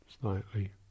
slightly